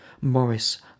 Morris